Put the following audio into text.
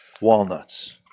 walnuts